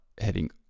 heading